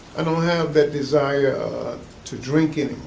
i don't have that desire to drink and